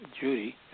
Judy